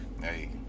Hey